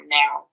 now